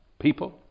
people